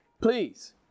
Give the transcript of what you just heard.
please